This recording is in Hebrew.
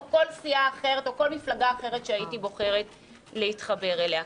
כל סיעה אחרת או כל מפלגה אחרת שהייתי בוחרת להתחבר אליה.